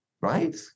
right